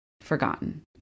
forgotten